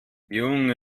junge